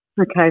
Okay